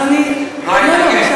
לא, לא.